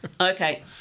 Okay